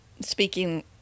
Speaking